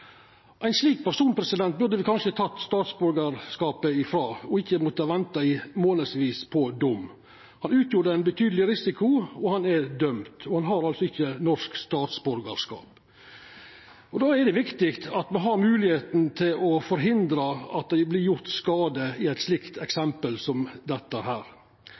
Ein slik person burde ein kanskje ha teke statsborgarskapet frå, og ikkje ha måtta venta i månadsvis på ein dom. Han utgjorde ein betydeleg risiko, og han er dømd. Han har altså ikkje norsk statsborgarskap. Det er viktig at me har moglegheit til å forhindra at det vert gjort skade – slik eit eksempel som dette